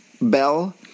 bell